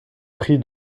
prix